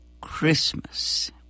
Christmas